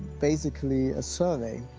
basically a survey.